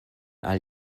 all